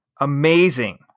Amazing